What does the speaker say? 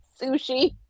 Sushi